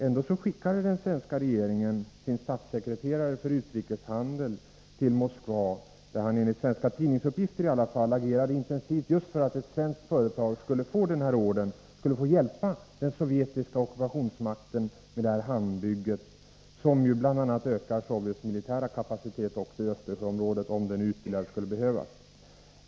Ändå skickade den svenska regeringen sin statssekreterare för utrikeshandel till Moskva, där han — åtminstone enligt svenska tidningsuppgifter — agerade intensivt för att ett svenskt företag skulle få den aktuella ordern. Därmed skulle vi hjälpa den sovjetiska ockupationsmakten med hamnbygget, som bl.a. ökar Sovjets militära kapacitet också i Östersjöområdet, om nu en ytterligare ökning skulle behövas.